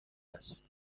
است